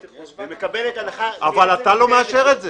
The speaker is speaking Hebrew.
זה.